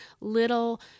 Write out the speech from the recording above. little